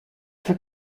for